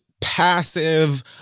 passive